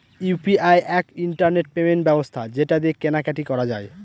UPI এক internet payment ব্যবস্থা যেটা দিয়ে কেনা কাটি করা যায়